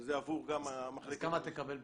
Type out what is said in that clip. וזה גם עבור --- אז כמה תקבל בינואר?